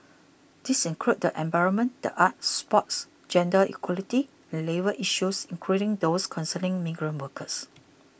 these include the environment the arts sports gender equality and labour issues including those concerning migrant workers